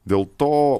dėl to